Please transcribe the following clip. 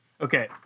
Okay